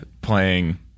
playing